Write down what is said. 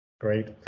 Great